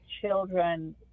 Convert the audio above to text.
children